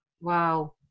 wow